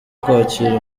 kwakira